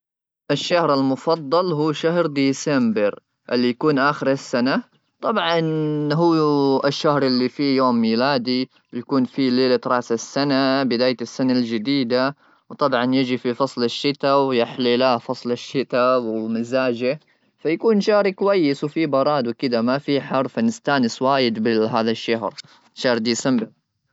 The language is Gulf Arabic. الشهر المفضل هو شهر ديسمبر اللي يكون اخر السنه طبعا هو الشهر اللي فيه يوم ميلادي يكون في ليله راس السنه بدايه السنه الجديده وطبعا يجي في فصل الشتاء ويا حليله فصل الشتاء ومزاجه فيكون شعري كويس وفي براد وكذا ما فيه حرف نستانس وايد بهذا الشهر شهر ديسمبر